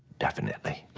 definitely.